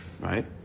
right